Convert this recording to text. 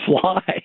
fly